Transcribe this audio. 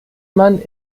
man